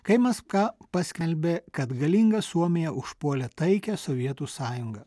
kai maskva paskelbė kad galinga suomija užpuolė taikią sovietų sąjungą